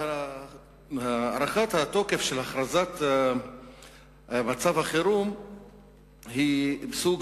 הארכת התוקף של הכרזת מצב החירום היא סוג